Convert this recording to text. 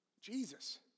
Jesus